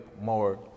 more